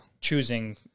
choosing